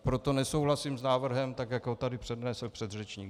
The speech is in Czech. Proto nesouhlasím s návrhem tak, jak ho tady přednesl předřečník.